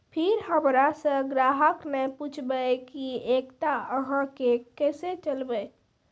फिर हमारा से ग्राहक ने पुछेब की एकता अहाँ के केसे चलबै?